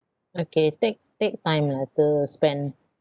okay take take time lah to spend